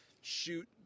shoot